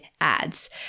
ads